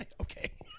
Okay